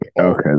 Okay